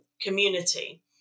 community